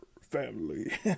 family